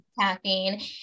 caffeine